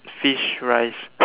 fish rice